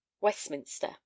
Westminster